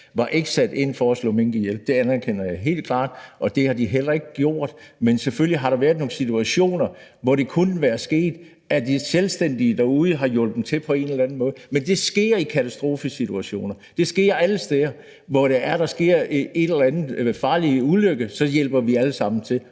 ikke var sat ind for at slå mink ihjel. Det anerkender jeg klart. Og det har de heller ikke gjort – men selvfølgelig har der været nogle situationer, hvor det kunne være sket, at de selvstændigt har hjulpet til derude på en eller anden måde. Men det sker i katastrofesituationer; det sker alle steder, hvor der sker en eller anden farlig ulykke, at så hjælper vi alle sammen til.